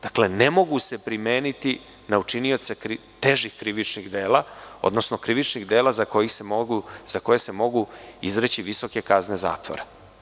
Dakle, ne mogu se primeniti na učinioce težih krivičnih dela, odnosno krivičnih dela za koja se mogu izreći visoke kazne zatvora.